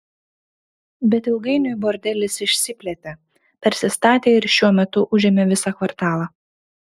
bet ilgainiui bordelis išsiplėtė persistatė ir šiuo metu užėmė visą kvartalą